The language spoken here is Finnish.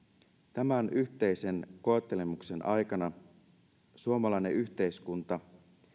tämän yhteisen koettelemuksen aikana suomalainen yhteiskunta